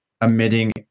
emitting